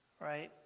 Right